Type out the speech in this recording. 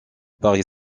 paris